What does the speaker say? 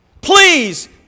Please